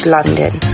London